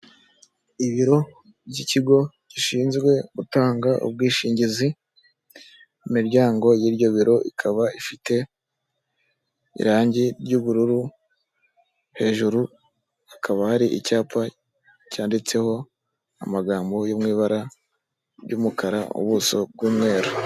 Ibiro by'ikigo gishinzwe gutanga ubwishingizi mu miryango y'ibyo biro ikaba ifite irange ry'ubururu. hejuru hakaba hari icyapa cyanditseho amagambo yanditse mu ibara ryiumukara ubuso bw'umweru.